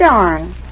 Darn